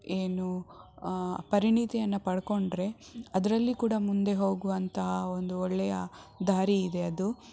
ಏನು ಪರಿಣಿತಿಯನ್ನು ಪಡಕೊಂಡ್ರೆ ಅದರಲ್ಲಿ ಕೂಡ ಮುಂದೆ ಹೋಗುವಂತಹ ಒಂದು ಒಳ್ಳೆಯ ದಾರಿ ಇದೆ ಅದು